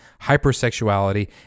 hypersexuality